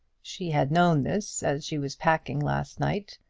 she had known this as she was packing last night,